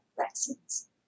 vaccines